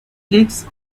licks